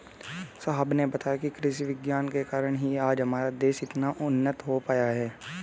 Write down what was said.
साहब ने बताया कि कृषि विज्ञान के कारण ही आज हमारा देश इतना उन्नत हो पाया है